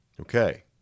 Okay